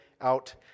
out